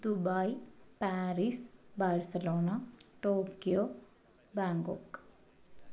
Dubai Paris Barcelona Tokyo Bangkok